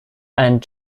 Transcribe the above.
and